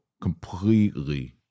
Completely